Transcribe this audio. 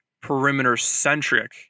perimeter-centric